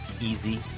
easy